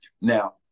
now